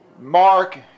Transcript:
Mark